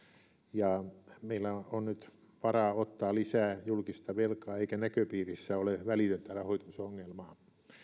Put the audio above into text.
ja meillä on nyt varaa ottaa lisää julkista velkaa eikä näköpiirissä ole välitöntä rahoitusongelmaa